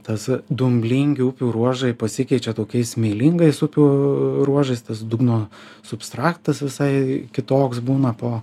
tas dumblingių upių ruožai pasikeičia tokiais smėlingais upių ruožais tas dugno substraktas visai kitoks būna po